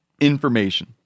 information